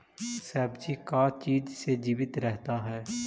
सब्जी का चीज से जीवित रहता है?